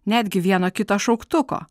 netgi vieno kito šauktuko